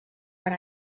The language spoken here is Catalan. per